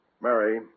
Mary